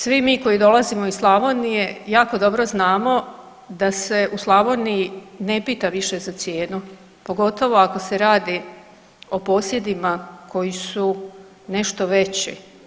Svi mi koji dolazimo iz Slavonije jako dobro znamo da se u Slavoniji ne pita više za cijenu, pogotovo ako se radi o posjedima koji su nešto veći.